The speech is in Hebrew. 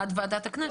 עד ועדת הכנסת.